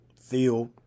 field